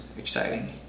exciting